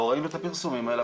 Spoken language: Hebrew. לא ראינו את הפרסומים האלה,